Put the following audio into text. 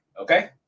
okay